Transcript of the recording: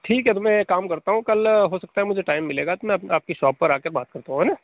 ठीक है तो मैं एक काम करता हूँ कल हो सकता है मुझे टाइम मिलेगा तो मैं अप आपकी शॉप पर आकर बात करता हूँ है ना